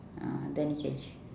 ah then you can